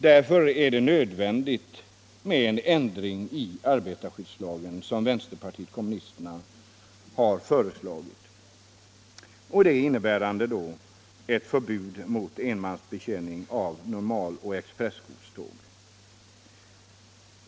Därför är det nödvändigt med den ändring i arbetarskyddslagen som vänsterpartiet kommunisterna föreslår och som innebär förbud mot enmansbetjäning av normal och expressgodståg.